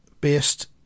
based